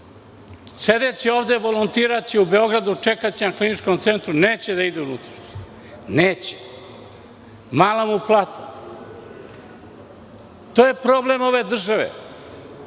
Sedeće ovde, volontiraće u Beogradu, čekaće na Kliničkom centru ali neće da ide u unutrašnjost. Neće. Mala mu plata. To je problem ove države.